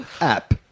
app